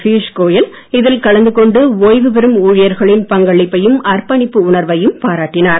பியூஷ் கோயல் இதில் கலந்து கொண்டு ஓய்வு பெறும் ஊழியர்களின் பங்களிப்பையும் அர்பணிப்பு உணர்வையும் பாராட்டினார்